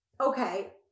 Okay